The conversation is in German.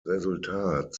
resultat